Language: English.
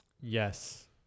Yes